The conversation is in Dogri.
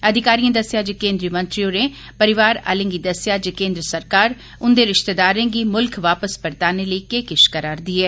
अधिकारिएं दस्सेआ जे केन्द्री मंत्री होरें परिवार आलें गी दस्सेआ जे केन्द्र सरकार उंदे रिश्तेदारें गी मुल्ख वापस परताने लेई केह किश करा'रदी ऐ